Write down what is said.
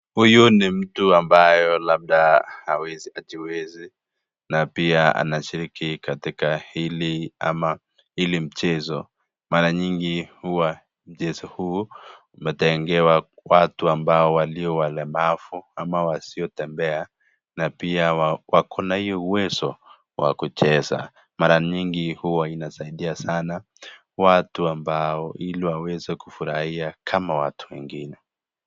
Huyu ni mtu ambaye labda hawezi atiwezi. Na pia anashiriki katika hili ama hili mchezo. Mara nyingi huwa mchezo huu umetengewa watu ambao walio walemavu ama wasiotembea. Na pia wako na hiyo uwezo wa kucheza. Mara nyingi huwa inasaidia sana watu ambao ili waweze kufurahia kama watu wengine.